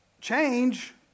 Change